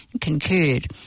concurred